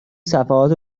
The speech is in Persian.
صفحات